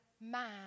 man